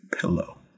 Pillow